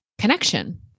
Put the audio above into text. connection